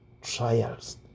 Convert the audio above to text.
trials